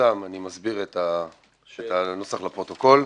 לבקשתם אני מסביר את הנוסח לפרוטוקול.